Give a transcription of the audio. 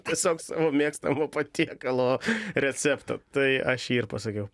tiesiog savo mėgstamo patiekalo receptą tai aš jį ir pasakiau